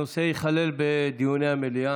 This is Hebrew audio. הנושא ייכלל בדיוני המליאה.